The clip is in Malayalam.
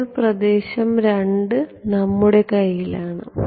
ഇപ്പോൾ പ്രദേശം 2 നമ്മുടെ കൈകളിലാണ്